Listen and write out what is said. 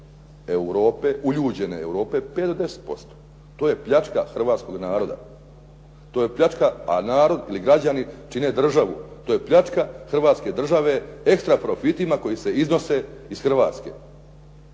uljuđene Europe 5 do 10%? To je pljačka hrvatskog naroda. To je pljačka, a narod ili građani čine državu. To je pljačka Hrvatske države ekstra profitima koji se iznose iz Hrvatske